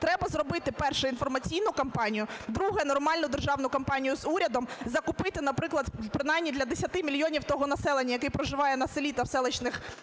треба зробити: перше – інформаційну компанію, друге – нормальну державну компанію з урядом. Закупити, наприклад, принаймні для 10 мільйонів того населення, яке проживає на селі та в селищних міських